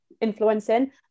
influencing